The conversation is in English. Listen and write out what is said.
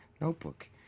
notebook